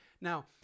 Now